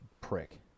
prick